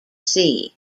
sea